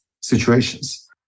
situations